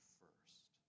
first